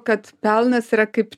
kad pelnas yra kaip